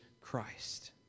Christ